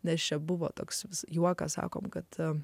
nes čia buvo toks juokas sakome kad